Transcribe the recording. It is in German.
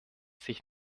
sich